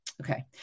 okay